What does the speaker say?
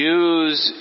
use